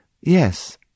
Yes